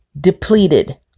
depleted